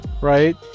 right